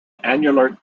annular